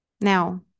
Now